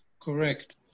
correct